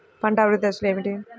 పంట అభివృద్ధి దశలు ఏమిటి?